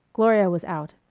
gloria was out.